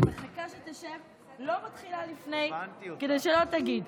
אני מחכה שתשב, לא מתחילה לפני, כדי שלא תגיד.